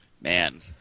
Man